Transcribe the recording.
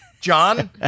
John